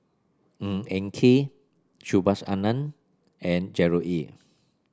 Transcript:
Ng Eng Kee Subhas Anandan and Gerard Ee